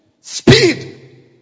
speed